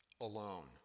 alone